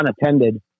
unattended